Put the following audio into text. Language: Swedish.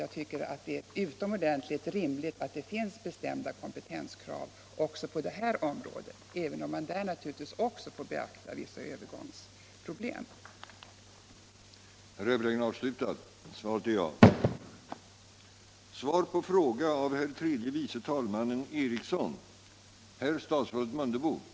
Jag tycker till sist att det är utomordentligt rimligt med bestämda kompetenskrav på detta område, även om man också där naturligtvis bör beakta vissa övergångsproblem.